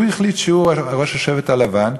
הוא החליט שהוא ראש השבט הלבן,